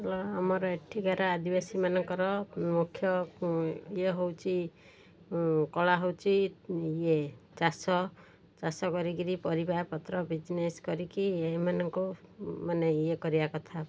ଆମର ଏଠିକାର ଆଦିବାସୀ ମାନଙ୍କର ମୁଖ୍ୟ ଇଏ ହେଉଛି କଳା ହେଉଛି ଇଏ ଚାଷ ଚାଷ କରିକିରି ପରିବା ପତ୍ର ବିଜନେସ୍ କରିକି ଏମାନଙ୍କୁ ମାନେ ଇଏ କରିବା କଥା